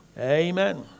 Amen